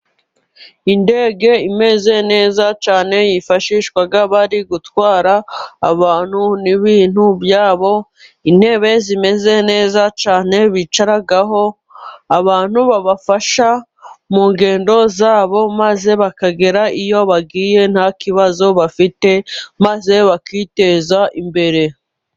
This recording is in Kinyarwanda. Indege imeze neza cyane yifashishwa bari gutwara abantu n'ibintu byabo. Intebe zimeze neza cyane bicaraho abantu bibafasha mu ngendo zabo maze bakagera iyo bagiye nta kibazo bafite maze bakiteza imbere.